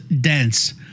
dense